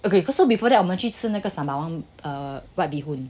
okay also before that before that 我们去吃那个 sembawang white bee hoon